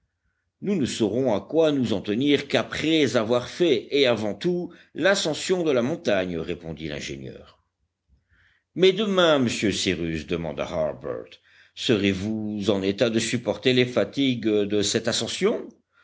nous ne saurons à quoi nous en tenir qu'après avoir fait et avant tout l'ascension de la montagne répondit l'ingénieur mais demain monsieur cyrus demanda harbert serez-vous en état de supporter les fatigues de cette ascension